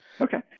okay